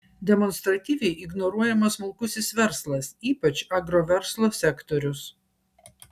demonstratyviai ignoruojamas smulkusis verslas ypač agroverslo sektorius